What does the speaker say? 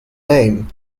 name